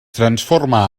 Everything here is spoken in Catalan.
transforma